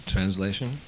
Translation